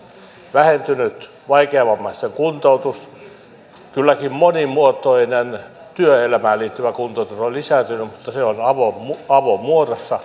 vaikeavammaisten kuntoutus on vähentynyt kylläkin monimuotoinen työelämään liittyvä kuntoutus on lisääntynyt mutta se on avomuodossa